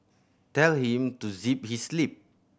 tell him to zip his lip